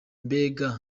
mbega